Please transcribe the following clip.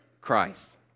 Christ